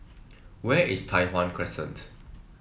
where is Tai Hwan Crescent